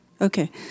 Okay